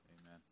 Amen